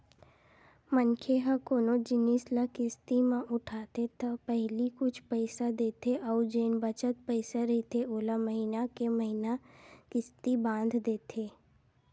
मनखे ह कोनो जिनिस ल किस्ती म उठाथे त पहिली कुछ पइसा देथे अउ जेन बचत पइसा रहिथे ओला महिना के महिना किस्ती बांध देथे